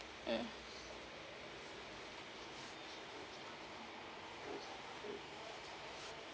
mm